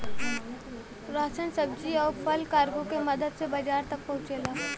ration सब्जी आउर फल कार्गो के मदद से बाजार तक पहुंचला